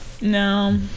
No